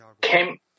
came